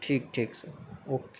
ٹھیک ٹھیک sir okay